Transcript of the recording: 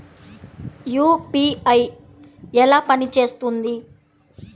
UPI ఎలా పనిచేస్తుంది?